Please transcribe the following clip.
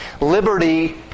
Liberty